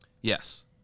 Yes